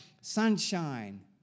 sunshine